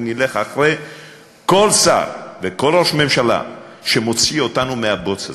ונלך אחרי כל שר וכל ראש ממשלה שמוציא אותנו מהבוץ הזה.